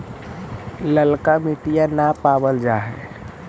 ललका मिटीया न पाबल जा है?